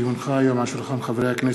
כי הונחה היום על שולחן הכנסת,